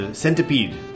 centipede